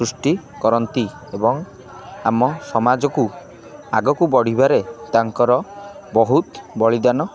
ସୃଷ୍ଟି କରନ୍ତି ଏବଂ ଆମ ସମାଜକୁ ଆଗକୁ ବଢ଼ିବାରେ ତାଙ୍କର ବହୁତ ବଳିଦାନ